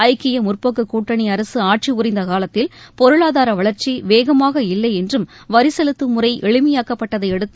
ஐக்கிய முற்போக்குக் கூட்டணி அரசு ஆட்சி புரிந்த காலத்தில் பொருளாதார வளர்ச்சி வேகமாக இல்லை என்றும் வரி செலுத்தும் முறை எளிமையாக்கப்பட்டதையடுத்து